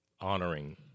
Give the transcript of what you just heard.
honoring